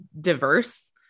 diverse